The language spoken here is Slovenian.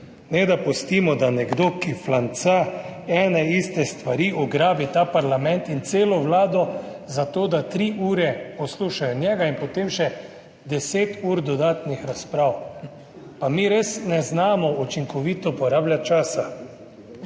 ne da pustimo, da nekdo, ki flanca ene in iste stvari ugrabi ta parlament in celo Vlado za to, da tri ure poslušajo njega in potem še deset ur dodatnih razprav. Pa mi res ne znamo učinkovito porabljati časa.